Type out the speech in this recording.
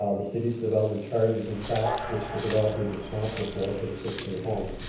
ah the city's development charges in fact, which the developer's responsible for for the six new homes,